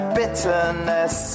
bitterness